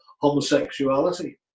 homosexuality